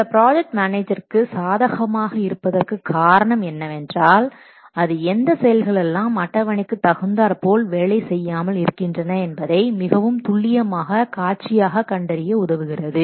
சில ப்ராஜெக்ட் மேனேஜர்க்கு சாதகமாக இருப்பதற்கு காரணம் என்னவென்றால் அது எந்த செயல்களெல்லாம் அட்டவணைக்கு தகுந்தார்போல் வேலை செய்யாமல் இருக்கின்றன என்பதை மிகவும் துள்ளியமாக காட்சியாக கண்டறிய உதவுகிறது